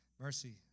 mercy